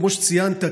כמו שציינת,